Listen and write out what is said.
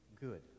good